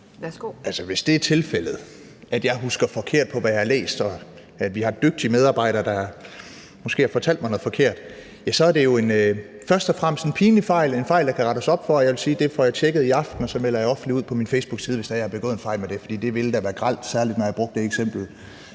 hvis det er tilfældet, at jeg husker forkert, hvad jeg har læst, eller at vi har dygtige medarbejdere, der måske har fortalt mig noget forkert, så er det jo først og fremmest en pinlig fejl, en fejl, der skal rettes op på, og jeg vil sige, at det får jeg tjekket i aften, og så melder jeg offentligt ud på min facebookside, hvis det er, at jeg har begået en fejl med det, for det ville da være grelt, særlig når jeg har brugt det eksempel,